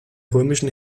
römischen